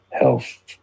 health